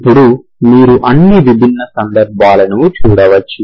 ఇప్పుడు మీరు అన్ని విభిన్న సందర్భాలను చూడవచ్చు